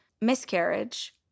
miscarriage